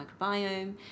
microbiome